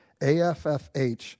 AFFH